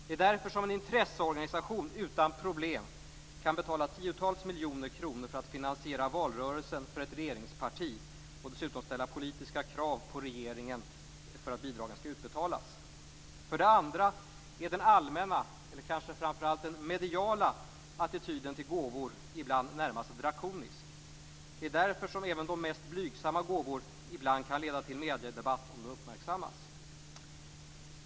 Det är därför som en intresseorganisation utan problem kan betala tiotals miljoner kronor för att finansiera valrörelsen för ett regeringsparti - och dessutom ställa politiska krav på regeringen för att bidragen skall utbetalas. För det andra är den allmänna - eller kanske den mediala - attityden till gåvor ibland närmast drakonisk. Det är därför som även de mest blygsamma gåvor kan leda till mediedebatt om de uppmärksammas.